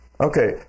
Okay